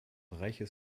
reiches